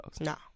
No